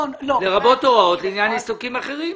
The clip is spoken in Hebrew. לרבות הוראות לעניין עיסוקים אחרים.